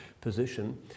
position